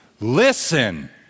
Listen